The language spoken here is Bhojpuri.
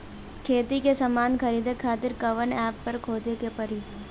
खेती के समान खरीदे खातिर कवना ऐपपर खोजे के पड़ी?